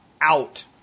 out